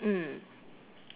mm